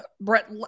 Brett